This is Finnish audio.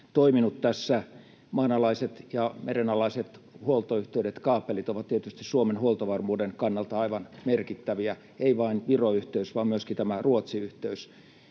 toiminut tässä. Maanalaiset ja merenalaiset huoltoyhteydet, kaapelit, ovat tietysti Suomen huoltovarmuuden kannalta aivan merkittäviä, ei vain Viro-yhteys vaan myöskin tämä Ruotsi-yhteys.